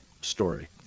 story